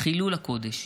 חילול הקודש.